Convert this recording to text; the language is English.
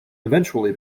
eventually